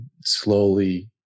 slowly